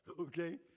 okay